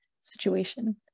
situation